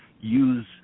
use